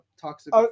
Toxic